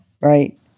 right